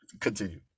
Continue